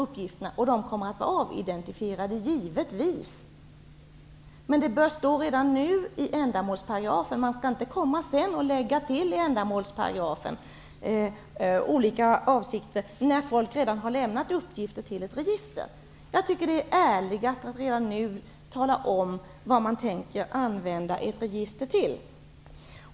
Uppgifterna kommer givetvis att vara avidentifierade, men det bör stå om detta redan nu i ändamålsparagrafen. Man skall inte komma senare och lägga till olika avsikter i ändamålsparagrafen när folk redan har lämnat uppgifter till ett register. Jag tycker att det är ärligast att redan nu tala om vad man tänker använda detta register till.